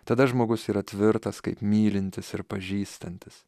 tada žmogus yra tvirtas kaip mylintis ir pažįstantis